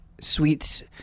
Sweets